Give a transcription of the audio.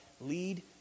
Lead